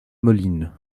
moline